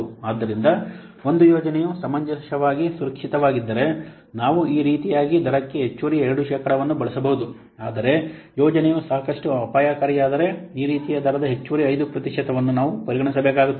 ಆದ್ದರಿಂದ ಒಂದು ಯೋಜನೆಯು ಸಮಂಜಸವಾಗಿ ಸುರಕ್ಷಿತವಾಗಿದ್ದರೆ ನಾವು ಈ ರಿಯಾಯಿತಿ ದರಕ್ಕೆ ಹೆಚ್ಚುವರಿ 2 ಶೇಕಡಾವನ್ನು ಬಳಸಬಹುದು ಆದರೆ ಯೋಜನೆಯು ಸಾಕಷ್ಟು ಅಪಾಯಕಾರಿಯಾದರೆ ಈ ರಿಯಾಯಿತಿ ದರದ ಹೆಚ್ಚುವರಿ 5 ಪ್ರತಿಶತವನ್ನು ನಾವು ಪರಿಗಣಿಸಬೇಕಾಗುತ್ತದೆ